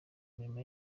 mirimo